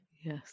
Yes